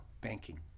banking